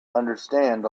understand